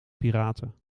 piraten